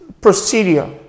procedure